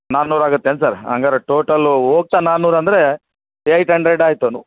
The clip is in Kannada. ನಾನೂರು ಆಗತ್ತೆ ಏನು ಸರ್ ಹಾಗಾರೆ ಟೋಟಲ್ಲು ಹೋಗ್ತಾ ನಾನೂರು ಅಂದರೆ ಏಯ್ಟ್ ಹಂಡ್ರೆಡ್ ಆಯ್ತನ್ನು